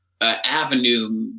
avenue